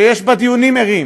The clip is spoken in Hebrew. שיש בה דיונים ערים,